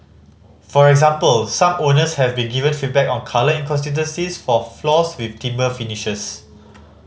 for example some owners have be given feedback on colour inconsistencies for floors with timber finishes